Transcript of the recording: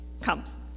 comes